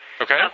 Okay